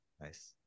nice